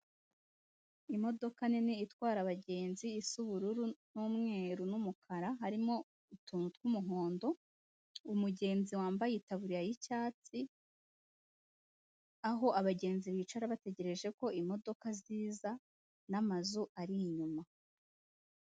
Imodoka nini itwara abagenzi isa ubururu n'umweru n'umukara harimo utuntu tw'umuhondo umugenzi wambaye itaburiya y'icyatsi aho abagenzi bicara bategereje ko imodoka ziza n'amazu ari inyuma .